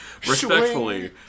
Respectfully